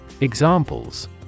Examples